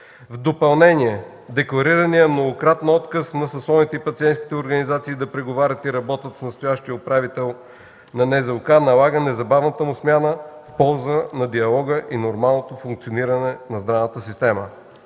В допълнение декларираният многократно отказ на съсловията и пациентските организации да преговарят и работят с настоящия управител на НЗОК налага незабавната му смяна в полза на диалога и нормалното функциониране на здравната система.